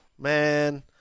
man